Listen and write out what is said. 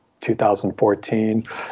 2014